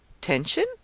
Tension